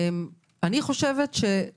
אני חושבת שזה